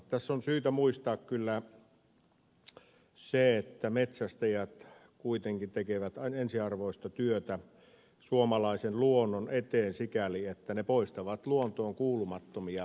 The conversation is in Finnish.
tässä on syytä muistaa kyllä se että metsästäjät kuitenkin tekevät ensiarvoista työtä suomalaisen luonnon eteen sikäli että he poistavat luontoon kuulumattomia lajeja